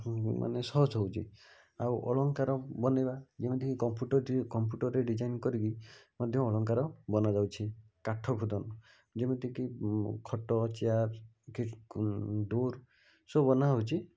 ମାନେ ସହଜ ହେଉଛି ଆଉ ଅଳଙ୍କାର ବନାଇବା ଯେମିତିକି କମ୍ପୁଟରଟିରେ କମ୍ପୁଟରରେ ଡ଼ିଜାଇନ କରିକି ମଧ୍ୟ ଅଳଙ୍କାର ବନାଯାଉଛି କାଠ ଖୁଦନ ଯେମିତିକି ଖଟ ଚେୟାର ଡୋର ସବୁ ବନାହେଉଛି